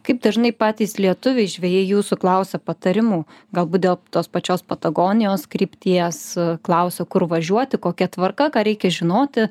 kaip dažnai patys lietuviai žvejai jūsų klausia patarimų galbūt dėl tos pačios patagonijos krypties klausia kur važiuoti kokia tvarka ką reikia žinoti